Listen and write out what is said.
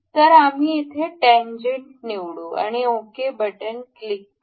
तर आम्ही येथे टॅन्जेन्ट निवडू आणि ओके बटन क्लिक करू